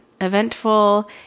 eventful